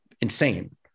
insane